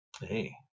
Hey